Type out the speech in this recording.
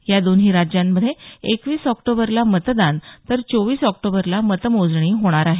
या दोन्ही राज्यांमधे एकवीस ऑक्टोबरला मतदान तर चोवीस ऑक्टोबरला मतमोजणी होणार आहे